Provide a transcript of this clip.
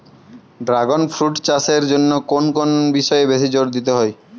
Dragon fruit চাষের জন্য কোন কোন বিষয়ে বেশি জোর দিতে হয়?